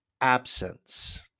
absence